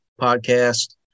podcast